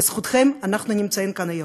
בזכותכם אנחנו נמצאים כאן היום.